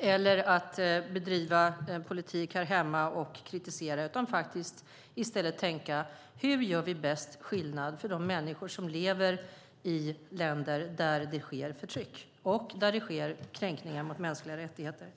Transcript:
eller att driva en politik här hemma och kritisera, utan det gäller att i stället tänka: Hur gör vi bäst skillnad för de människor som lever i länder där det sker förtryck och där det sker kränkningar mot mänskliga rättigheter?